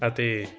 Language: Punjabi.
ਅਤੇ